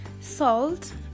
salt